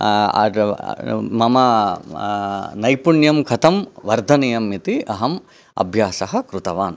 मम नैपुण्यं कथं वर्धनीयम् इति अहम् अभ्यासः कृतवान्